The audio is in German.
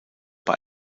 bei